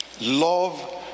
Love